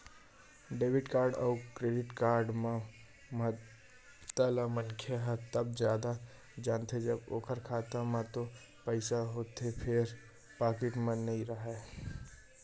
debit card अउ credit card के महत्ता ल मनखे ह तब जादा जानथे जब ओखर खाता म तो पइसा होथे फेर पाकिट म नइ राहय